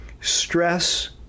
Stress